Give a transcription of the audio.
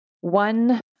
One